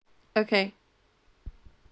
okay